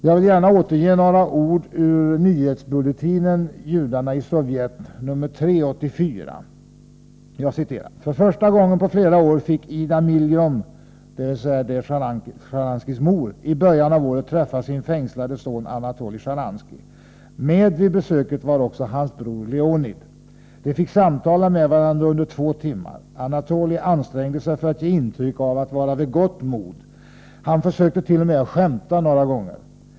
Jag vill gärna återge några ord ur nyhetsbulletinen Judarna i Sovjet, nr 3/84: ”För första gången på flera år fick Ida Milgrom” — dvs. Sjtjaranskijs mor — ”i början av året träffa sin fängslade son Anatoly Sharansky. Med vid besöket var också hans bror Leonid. De fick samtala med varandra under två timmar. Anatoly ansträngde sig för att ge intryck av att vara vid gott mod. Han försökte till och med skämta några gånger.